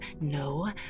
no